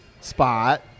spot